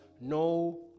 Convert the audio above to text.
no